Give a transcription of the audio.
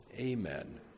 Amen